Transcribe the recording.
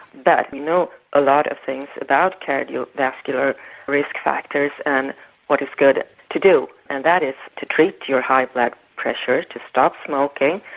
but you know a lot of things about cardio vascular risk factors and what is good to do, and that is to treat your high blood pressure, stop smoking,